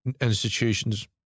institutions